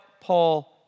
Paul